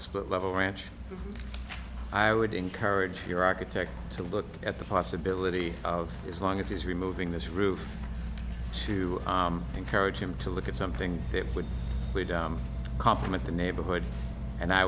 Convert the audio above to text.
split level ranch i would encourage your architect to look at the possibility of as long as he's removing this roof to encourage him to look at something that would complement the neighborhood and i